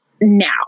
Now